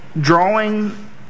drawing